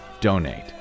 donate